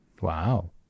Wow